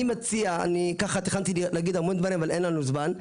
אני תכננתי להגיד המון דברים אבל אין לנו זמן.